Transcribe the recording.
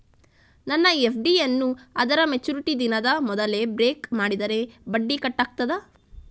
ನನ್ನ ಎಫ್.ಡಿ ಯನ್ನೂ ಅದರ ಮೆಚುರಿಟಿ ದಿನದ ಮೊದಲೇ ಬ್ರೇಕ್ ಮಾಡಿದರೆ ಬಡ್ಡಿ ಕಟ್ ಆಗ್ತದಾ?